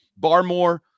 Barmore